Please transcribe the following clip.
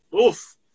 Oof